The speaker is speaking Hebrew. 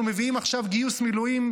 אנחנו מביאים עכשיו גיוס מילואים,